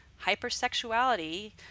hypersexuality